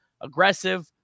aggressive